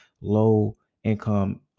low-income